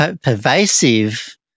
pervasive